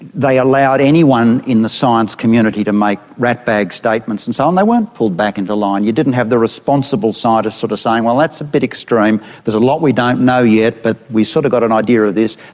they allowed anyone in the science community to make ratbag statements and so on, they weren't pulled back into line, you didn't have the responsible scientists sort of saying, well, that's a bit extreme, there's a lot we don't know yet but we've sort of got an idea of this.